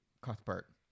Cuthbert